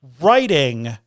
writing